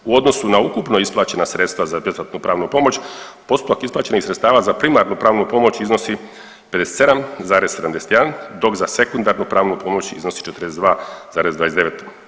U odnosu na ukupno isplaćena sredstva za besplatnu pravnu pomoć postupak isplaćenih sredstava za primarnu pravnu pomoć iznosi 57,71 dok za sekundarnu pravnu pomoć iznosi 42,29%